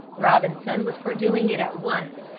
robinson was for doing it at once.